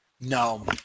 No